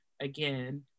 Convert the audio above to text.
again